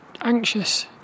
anxious